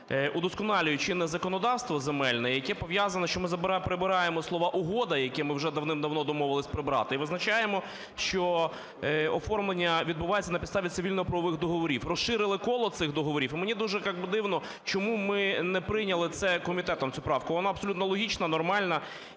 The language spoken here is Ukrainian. удосконалює чинне законодавство земельне, яке пов'язане, що ми прибираємо слова "угода", які ми вже давним-давно домовились прибрати, і визначаємо, що оформлення відбувається на підставі цивільно-правових договорів, розширили коло цих договорів. І мені якось дуже дивно, чому ми не прийняли це комітетом, цю правку. Вона абсолютно логічна, нормальна